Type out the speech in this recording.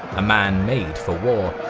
a man made for war,